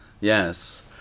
Yes